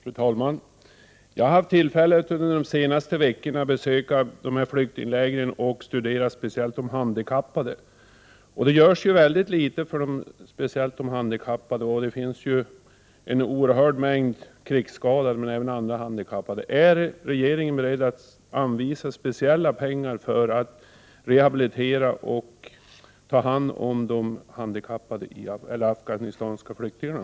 Fru talman! Jag har haft tillfälle att under de senaste veckorna besöka dessa flyktingläger och studera speciellt de handikappades situation. Det görs oerhört litet för de handikappade. Det finns en stor mängd krigsskadade men även andra handikappade. Är regeringen beredd att anvisa speciella pengar för att rehabilitera och ta hand om de handikappade afghanska flyktingarna?